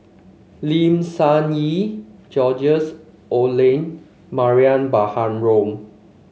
Lim Sun Gee George Oehlers and Mariam Baharom